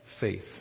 faith